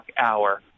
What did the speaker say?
hour